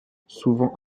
souvent